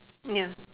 ya